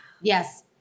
Yes